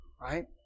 right